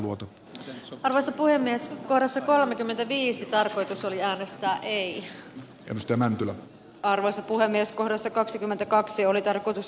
suomi on osa puhemies kaaressa kolmekymmentäviisi tarkoitus oli äänestää ei estämään arvoisa puhemies menettänyt parhaan mahdollisen luottoluokituksen